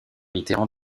mitterrand